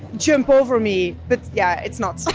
jump over me. but yeah it's not. so